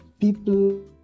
people